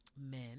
Men